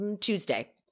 Tuesday